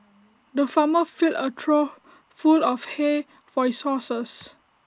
the farmer filled A trough full of hay for his horses